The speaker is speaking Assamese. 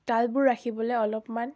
তালবোৰ ৰাখিবলৈ অলপমান